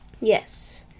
Yes